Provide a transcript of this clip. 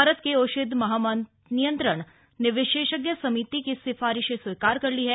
भारत के औषधि महानियंत्रक ने विशेषज्ञ समिति की सिफारिशें स्वीकार कर ली हैं